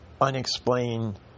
unexplained